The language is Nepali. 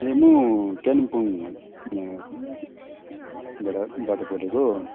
ए म कालिम्पोङ यहाँबाट बाट बोलेको